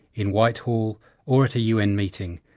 in whitehall or at a un meeting,